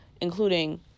including